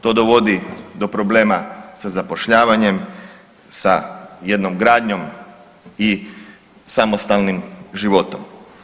To dovodi do problema sa zapošljavanjem, sa jednom gradnjom i samostalnim životom.